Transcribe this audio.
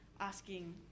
asking